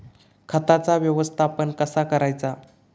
खताचा व्यवस्थापन कसा करायचा?